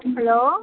hello